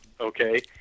Okay